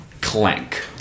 clank